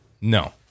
No